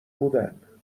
بودن